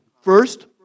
First